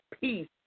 peace